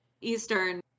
Eastern